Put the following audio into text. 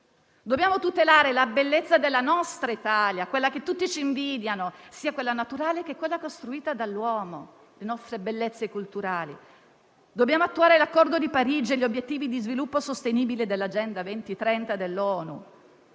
Dobbiamo tutelare la bellezza della nostra Italia, quella che tutti ci invidiano: sia quella naturale, che quella costruita dall'uomo, con le nostre bellezze culturali. Dobbiamo attuare l'Accordo di Parigi e gli obiettivi di sviluppo sostenibile dell'Agenda 2030 dell'ONU.